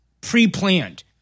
pre-planned